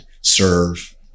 serve